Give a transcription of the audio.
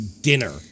dinner